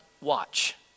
watch